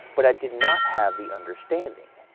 but i did not have the understanding.